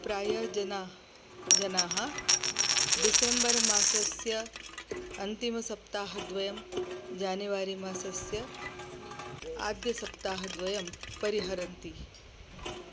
प्रायः जनाः जनाः डिसेम्बर् मासस्य अन्तिमसप्ताहद्वयं जानेवारि मासस्य आद्यसप्ताहद्वयं परिहरन्ति